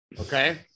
okay